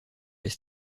les